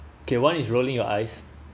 okay one is rolling your eyes